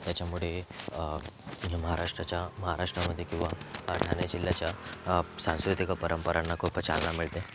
याच्यामुळे महाराष्ट्राच्या महाराष्ट्रामध्ये किंवा ठाणे जिल्ह्याच्या सांस्कृतिक परंपरांना खूप चालना मिळते